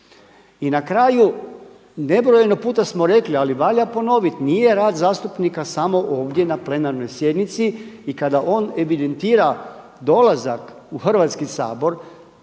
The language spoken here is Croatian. I na kraju, nebrojeno puta smo rekli, ali valja ponoviti nije rad zastupnika samo ovdje na plenarnoj sjednici i kada on evidentira dolazak u Hrvatski sabor